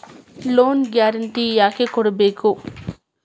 Loan guarantee ಯಾಕ್ ಕೊಡ್ಬೇಕು?